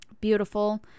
beautiful